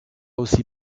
aussi